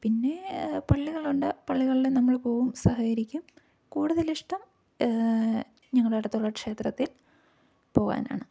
പിന്നെ പള്ളികളുണ്ട് പള്ളികളിലും നമ്മൾ പോകും സഹകരിക്കും കൂടുതലിഷ്ടം ഞങ്ങളുടെ അടുത്തുള്ള ക്ഷേത്രത്തിൽ പോകാനാണ്